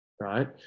right